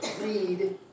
read